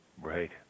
Right